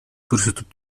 көрсөтүп